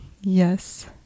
Yes